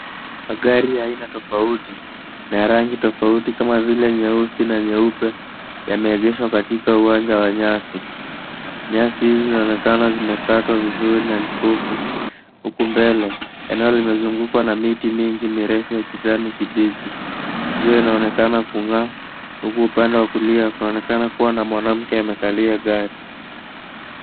Magari ya aina tofauti, na ya rangi tofauti kama vile nyeusi na nyeupe, yameegeshwa katika uwanja wa nyasi. Nyasi hizi zinaonekana zimekatwa vizuri na ni fupi. Huku mbele, eneo limezungukwa na miti mingi mirefu ya kijani kibichi. Jua inaonekana kung'aa, huku upande wa kulia kukionekana kuwa na mwanamke amekalia gari.